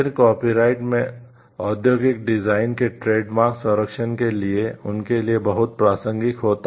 patent संरक्षण के लिए उनके लिए बहुत प्रासंगिक हो जाता है